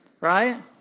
Right